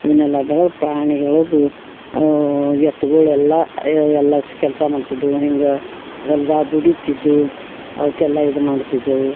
ಇವ್ನೆಲ್ಲ ಬೆಳದು ಪ್ರಾಣಿಗಳದು ಎತ್ಗುಳು ಎಲ್ಲ ಅಯ್ಯೆಯ ಎಲ್ಲ ಸ್ ಕೆಲಸ ಮಾಡ್ತಿದ್ವು ಹಿಂಗೆ ಹೊಲ್ದಾಗ ದುಡಿತಿದ್ವು ಅವ್ಕೆಲ್ಲ ಇದು ಮಾಡ್ತಿದ್ದೆವು